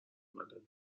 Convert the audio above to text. بلده